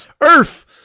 earth